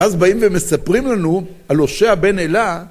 אז באים ומספרים לנו על הושע בן אלה